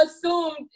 assumed